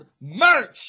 merch